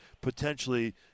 potentially